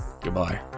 Goodbye